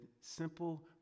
simple